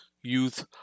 youth